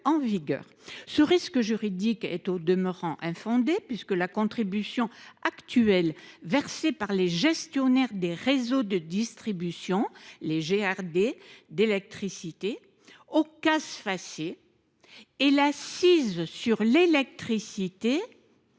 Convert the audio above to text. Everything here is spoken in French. Ce risque juridique est au demeurant infondé, puisque la contribution actuelle versée par les gestionnaires du réseau de distribution (GRD) d’électricité au CAS Facé et l’accise sur l’électricité